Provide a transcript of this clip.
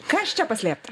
kas čia paslėpta